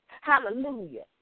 Hallelujah